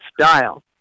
style